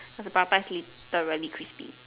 cause the prata literally crispy